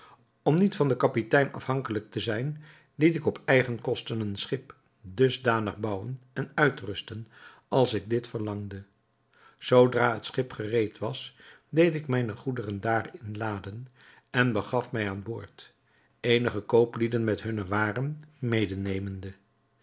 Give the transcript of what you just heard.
om niet van den kapitein afhankelijk te zijn liet ik op eigen kosten een schip dusdanig bouwen en uitrusten als ik dit verlangde zoodra het schip gereed was deed ik mijne goederen daarin laden en begaf mij aan boord eenige kooplieden met hunne waren medenemende